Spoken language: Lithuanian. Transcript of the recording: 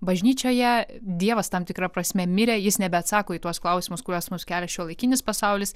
bažnyčioje dievas tam tikra prasme mirė jis nebeatsako į tuos klausimus kuriuos mums kelia šiuolaikinis pasaulis